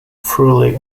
thoroughly